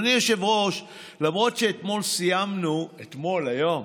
אדוני היושב-ראש, למרות שאתמול, אתמול, היום,